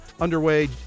underway